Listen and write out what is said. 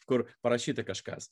kur parašyta kažkas